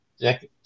Jack